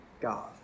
God